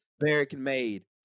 American-made